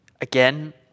Again